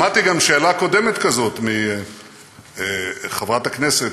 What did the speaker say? שמעתי גם שאלה קודמת כזו מחברת הכנסת,